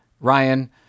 Ryan